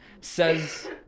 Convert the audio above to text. Says